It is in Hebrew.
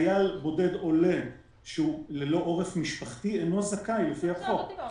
חייל בודד עולה ללא עורף משפחתי אינו זכאי לפי החוק.